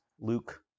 Luke